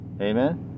amen